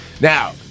Now